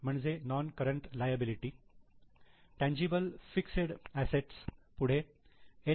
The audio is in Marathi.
म्हणजे non current liability tangible fixed assets पुढे एन